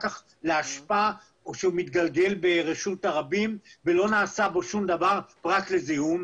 כך לאשפה או שהוא מתגלגל ברשות הרבים ולא נעשה בו שום דבר פרט לזיהום,